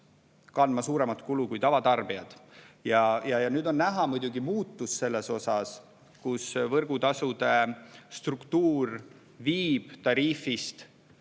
kandma suuremat kulu kui tavatarbijad. Ja nüüd on näha muidugi muutus selles osas, kus võrgutasude struktuur viib tariifist